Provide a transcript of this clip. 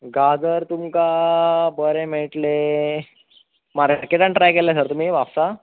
गाजर तुमकां बरे मेळटले मार्केटान ट्राय केला सर तुमी म्हापसा